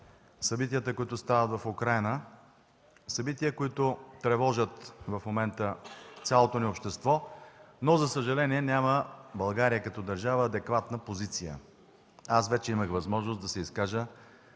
събитията, които стават в Украйна – събития, които тревожат в момента цялото ни общество, но, за съжаление, България като държава няма адекватна позиция. Вече имах възможност да се изкажа